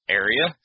area